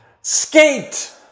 Skate